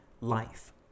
life